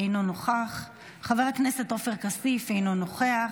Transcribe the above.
אינו נוכח, חבר הכנסת עופר כסיף, אינו נוכח,